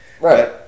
Right